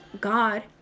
God